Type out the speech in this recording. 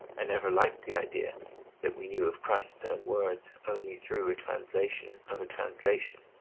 i never liked the idea that we knew of christ's own words only through a translation of a translation.